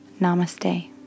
Namaste